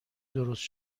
درست